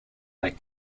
like